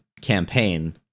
campaign